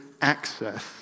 access